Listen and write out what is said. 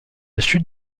chute